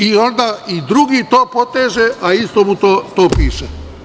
I drugi to poteže, a isto mu to piše.